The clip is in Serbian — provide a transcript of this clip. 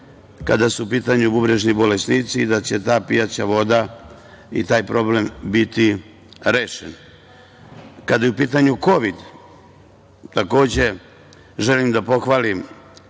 kada su u pitanju bubrežni bolesnici i da će ta pijaća voda i taj problem biti rešen. Kada je u pitanju kovid, takođe želim da pohvalim